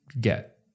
get